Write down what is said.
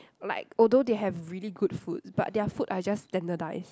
like although they have really good foods but their food are just standardised